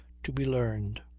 to be learned.